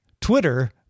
Twitter